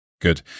Good